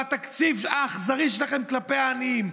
בתקציב האכזרי שלכם כלפי העניים,